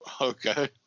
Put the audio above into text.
Okay